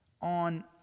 on